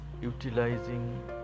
utilizing